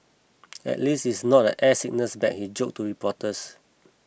at least it's not an air sickness bag he joked to reporters